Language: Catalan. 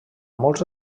molts